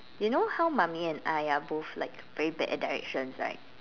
you know how mummy and I are both like very bad at directions right